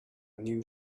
new